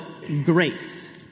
grace